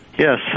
Yes